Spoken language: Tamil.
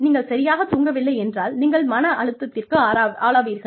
நீங்கள் சரியாகத் தூங்கவில்லை என்றால் நீங்கள் மன அழுத்தத்திற்கு ஆளாவீர்கள்